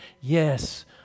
Yes